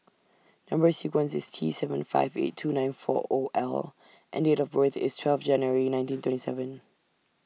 Number sequence IS T seven five eight two nine four O L and Date of birth IS twelve January nineteen twenty seven